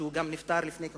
שנפטר לפני כחודש.